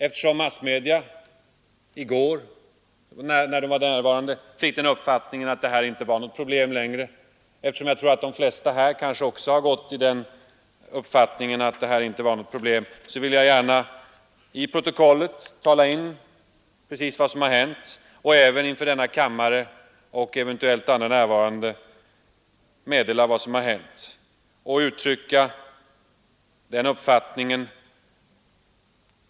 Eftersom de i går närvarande representanterna för massmedierna fick den uppfattningen att detta inte längre var något problem, och eftersom de flesta här i kammaren kanske också har svävat i den tron att här inte finns något problem har jag velat få dessa ord till kammarens protokoll och även inför denna kammare och eventuellt andra närvarande tala om precis vad som har hänt.